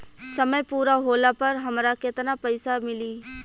समय पूरा होला पर हमरा केतना पइसा मिली?